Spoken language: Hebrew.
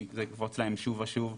זה יקפוץ להם שוב ושוב.